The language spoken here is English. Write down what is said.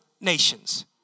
nations